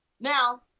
Now